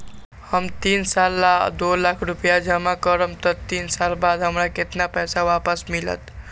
हम तीन साल ला दो लाख रूपैया जमा करम त तीन साल बाद हमरा केतना पैसा वापस मिलत?